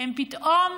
הם פתאום